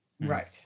Right